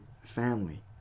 family